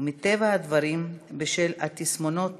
ומטבע הדברים, בשל התסמונות